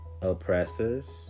oppressors